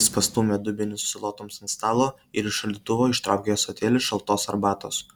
jis pastūmė dubenį su salotoms ant stalo ir iš šaldytuvo ištraukė ąsotėlį šaltos arbatos